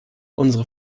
unsere